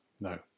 no